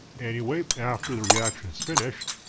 anyway, after the reaction is finished,